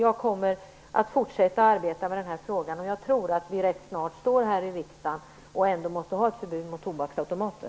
Jag kommer att fortsätta arbeta med denna fråga, och jag tror att vi rätt snart står här i riksdagen igen, och att vi då ändå måste ha ett förbud mot tobaksautomater.